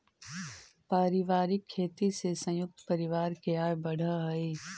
पारिवारिक खेती से संयुक्त परिवार के आय बढ़ऽ हई